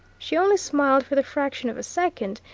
she only smiled for the fraction of a second,